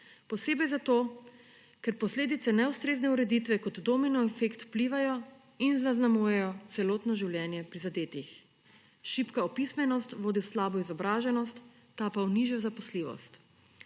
Posebej zato, ker posledice neustrezne ureditve kot domino efekt vplivajo in zaznamujejo celotno življenje prizadetih: šibka opismenost vodi v slabo izobraženost, ta pa v nižjo zaposljivost,